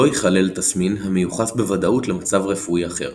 לא יכלל תסמין המיוחס בוודאות למצב רפואי אחר.